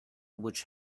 which